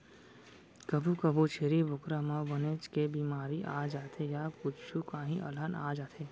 कभू कभू छेरी बोकरा म बनेच के बेमारी आ जाथे य कुछु काही अलहन आ जाथे